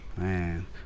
Man